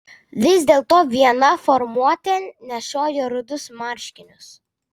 vis dėlto viena formuotė nešiojo rudus marškinius